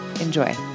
Enjoy